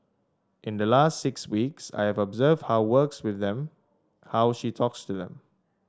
in the last six weeks I have observed how works with them how she talks to them